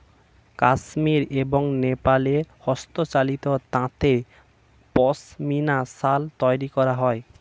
কাশ্মীর এবং নেপালে হস্তচালিত তাঁতে পশমিনা শাল তৈরি করা হয়